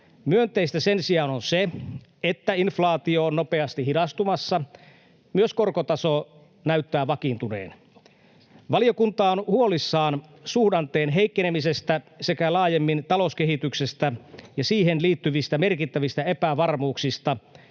Myönteistä sen sijaan on se, että inflaatio on nopeasti hidastumassa, ja myös korkotaso näyttää vakiintuneen. Valiokunta on huolissaan suhdanteen heikkenemisestä sekä laajemmin talouskehityksestä ja siihen liittyvistä merkittävistä epävarmuuksista,